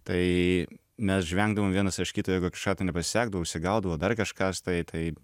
tai mes žvengdavom vienas iš kito jeigu kažką tai nepasekdavo užsigaudavo dar kažkas tai